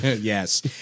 yes